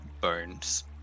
bones